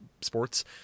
sports